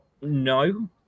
No